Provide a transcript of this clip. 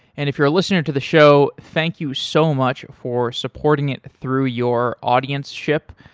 and if you're a listener to the show, thank you so much for supporting it through your audienceship.